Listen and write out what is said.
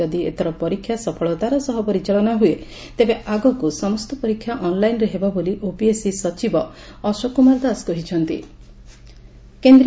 ଯଦି ଏଥର ପରୀକ୍ଷା ସଫଳତାର ସହ ପରିଚାଳନା ହୁଏ ତେବେ ଆଗକୁ ସମସ୍ତ ପରୀକ୍ଷା ଅନ୍ଲାଇନ୍ରେ ହେବ ବୋଲି ଓପିଏସ୍ସି ସଚିବ ଅଶୋକ କୁମାର ଦାସ କହିଚ୍ଚନ୍ତି